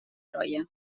troia